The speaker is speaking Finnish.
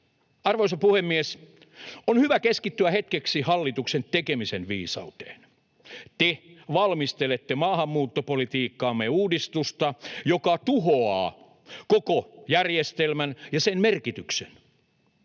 Arvoisa puhemies! On hyvä keskittyä hetkeksi hallituksen tekemisen viisauteen. Te valmistelette maahanmuuttopolitiikkaamme uudistusta, joka tuhoaa koko järjestelmän ja sen merkityksen.